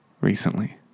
recently